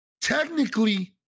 technically